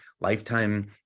lifetime